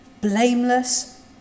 blameless